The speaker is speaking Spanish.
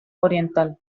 oriental